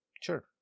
sure